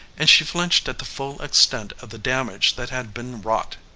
and she flinched at the full extent of the damage that had been wrought.